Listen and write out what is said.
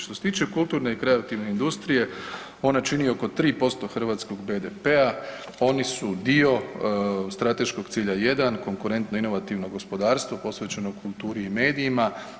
Što se tiče kulturne i kreativne industrije ona čini oko 3% hrvatskog BDP-a, oni su dio strateškog cilja 1. Konkurentno-inovativno gospodarstvo posvećeno kulturi i medijima.